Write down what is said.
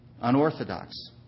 unorthodox